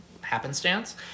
happenstance